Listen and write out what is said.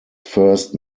first